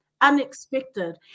unexpected